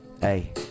Hey